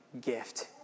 gift